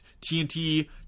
TNT